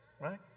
right